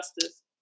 justice